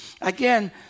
Again